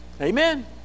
Amen